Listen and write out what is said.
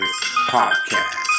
Podcast